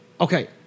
Okay